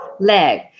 leg